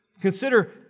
Consider